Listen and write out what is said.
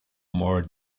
more